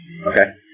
Okay